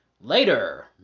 Later